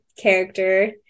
character